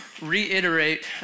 reiterate